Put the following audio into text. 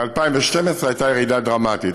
וב-2012 הייתה ירידה דרמטית.